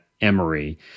Emory